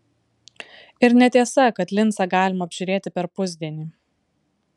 ir netiesa kad lincą galima apžiūrėti per pusdienį